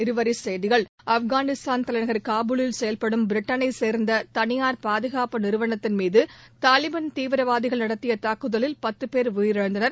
இருவரி செய்திகள் ஆப்கானிஸ்தான் தலைநகள் காபூலில் செயல்படும் பிரிட்டனைச் சேர்ந்த தனியாா் பாதுகாப்பு நிறுவனத்தின் மீது தாலிபான் தீவிரவாதிகள் நடத்திய தாக்குதலில் பத்து பேர் உயிரிழந்தனர்